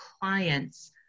clients